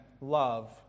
love